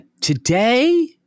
today